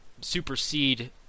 supersede